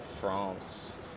France